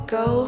go